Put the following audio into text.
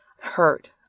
hurt